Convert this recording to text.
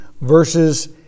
verses